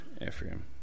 Ephraim